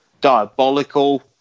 diabolical